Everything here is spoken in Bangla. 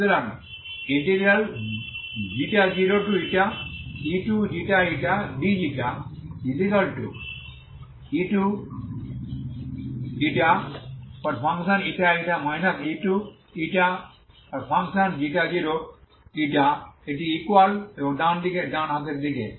সুতরাং 0u2ξη dξu2ηη u2η 0ηএটি ইকুয়াল ডান হাতের দিকে